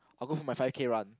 I'll go for my five K run